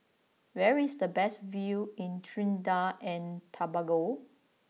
where is the best view in Trinidad and Tobago